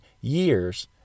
years